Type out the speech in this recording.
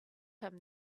him